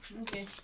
Okay